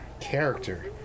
character